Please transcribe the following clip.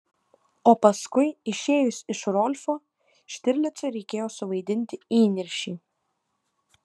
o paskui išėjus iš rolfo štirlicui reikėjo suvaidinti įniršį